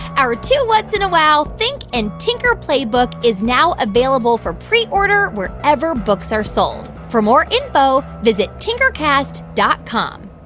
our two whats? and a wow! think and tinker playbook is now available for preorder wherever books are sold. for more info, visit tinkercast dot com